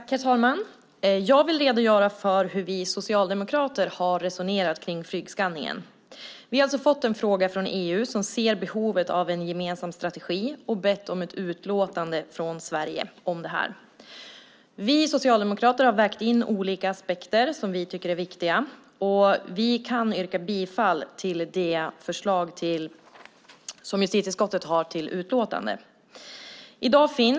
Herr talman! Jag vill redogöra för hur vi socialdemokrater har resonerat om flygskanningen. Sverige har alltså fått en fråga från EU som ser behovet av en gemensam strategi och som bett om ett utlåtande från Sverige. Vi socialdemokrater har vägt in olika aspekter som vi tycker är viktiga. Vi kan yrka bifall till justitieutskottets förslag i utlåtandet.